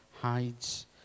hides